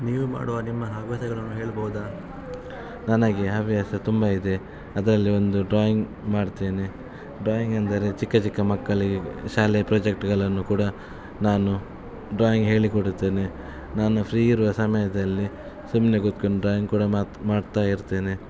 ನೀವು ಮಾಡುವ ನಿಮ್ಮ ಹವ್ಯಾಸಗಳನ್ನು ಹೇಳ್ಬೋದಾ ನನಗೆ ಹವ್ಯಾಸ ತುಂಬ ಇದೆ ಅದರಲ್ಲಿ ಒಂದು ಡ್ರಾಯಿಂಗ್ ಮಾಡ್ತೇನೆ ಡ್ರಾಯಿಂಗ್ ಎಂದರೆ ಚಿಕ್ಕ ಚಿಕ್ಕ ಮಕ್ಕಳಿಗೆ ಶಾಲೆಯ ಪ್ರೊಜೆಕ್ಟ್ಗಳನ್ನು ಕೂಡ ನಾನು ಡ್ರಾಯಿಂಗ್ ಹೇಳಿ ಕೊಡುತ್ತೇನೆ ನಾನು ಫ್ರೀಯಿರುವ ಸಮಯದಲ್ಲಿ ಸುಮ್ಮನೆ ಕುತ್ಕೊಂಡು ಡ್ರಾಯಿಂಗ್ ಕೂಡ ಮಾತು ಮಾಡ್ತಾ ಇರ್ತೇನೆ